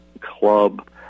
club